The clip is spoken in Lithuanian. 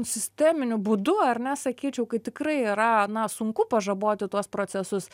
sisteminiu būdu ar ne sakyčiau kai tikrai yra na sunku pažaboti tuos procesus